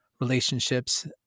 relationships